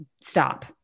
Stop